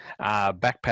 backpack